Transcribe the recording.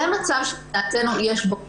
וזה מצב שלדעתנו יש בו קושי.